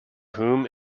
whom